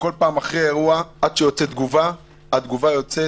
שכל פעם אחרי אירוע עד שיוצאת תגובה, התגובה יוצאת